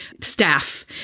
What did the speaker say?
staff